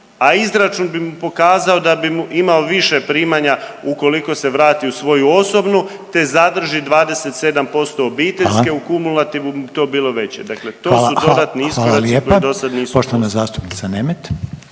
a izračun bi mu pokazao da bi imao više primanja ukoliko se vrati u svoju osobnu, te zadrži 27% obiteljske u kumulativu bi mu to bilo veće, dakle to su dodatni iskoraci koji dosad nisu postojali.